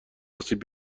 آسیب